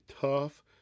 tough